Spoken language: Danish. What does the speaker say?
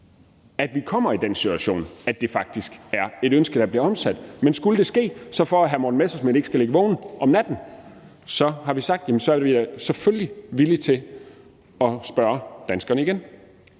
at vi kommer i den situation, at det faktisk er et ønske, der bliver omsat, men skulle det ske, har vi, for at hr. Morten Messerschmidt ikke skal ligge vågen om natten, sagt, at så er vi selvfølgelig villige til at spørge danskerne igen.